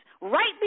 right